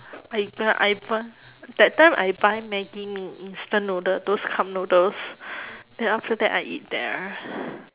I buy I buy that time I buy maggi mee instant noodle those cup noodles then after that I eat there